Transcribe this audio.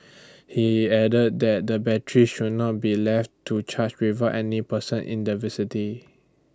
he added that the batteries should not be left to charge without any person in the